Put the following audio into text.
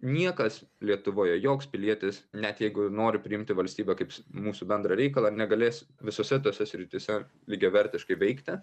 niekas lietuvoje joks pilietis net jeigu ir nori priimti valstybę kaip mūsų bendrą reikalą negalės visose tose srityse lygiavertiškai veikti